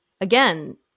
again